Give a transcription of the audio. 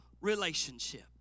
relationship